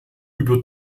über